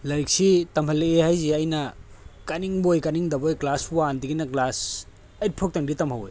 ꯂꯥꯏꯔꯤꯛꯁꯤ ꯇꯝꯍꯜꯂꯛꯏ ꯍꯥꯏꯔꯤꯁꯦ ꯑꯩꯅ ꯀꯥꯅꯤꯡꯕꯣꯏ ꯀꯥꯅꯤꯡꯗꯕꯣꯏ ꯀ꯭ꯂꯥꯁ ꯋꯥꯟꯗꯒꯤꯅ ꯀ꯭ꯂꯥꯁ ꯑꯥꯏꯠ ꯐꯥꯎꯗꯪꯗꯤ ꯇꯝꯍꯧꯋꯦ